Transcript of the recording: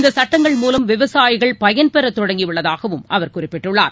இந்த சட்டங்கள் மூலம் விவசாயிகள் பயன்பெறத் தொடங்கியுள்ளதாகவும் அவர் குறிப்பிட்டுள்ளார்